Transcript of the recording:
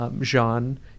Jean